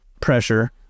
pressure